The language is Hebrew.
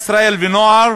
ונוער